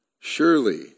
Surely